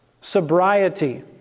Sobriety